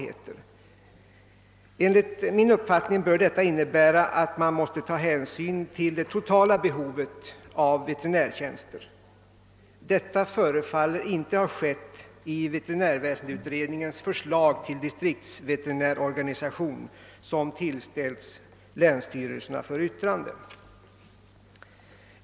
Enligt min uppfattning bör detta innebära att man måste ta hänsyn till det totala behovet av veterinärtjänster. Detta förefaller inte ha skett i veterinärväsendeutredningens förslag till distriktsveterinärorganisation, som tillställts länsstyrelserna för yttrande.